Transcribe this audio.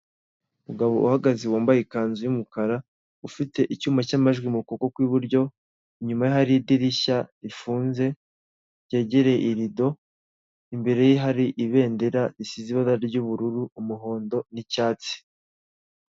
umugabo uhagaze wambaya ikanzu y'umukara ufite icyuma cy'amajwi mu kuboko kw'iburyo inyuma ye hari idirishya rifunze ryegereye irido imbere ye hari ibendera risize ibara ubururu, umuhondo n,icyatsi.